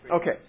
Okay